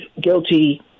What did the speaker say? guilty